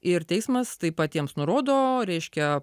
ir teismas taip pat jiems nurodo reiškia